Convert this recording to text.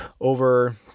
over